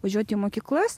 važiuoti į mokyklas